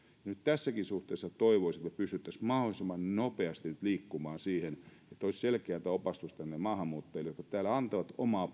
nyt tässäkin suhteessa toivoisin että pystyttäisiin mahdollisimman nopeasti nyt liikkumaan siihen että olisi selkeätä opastusta näille maahanmuuttajille jotka täällä antavat omaa